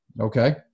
Okay